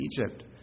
Egypt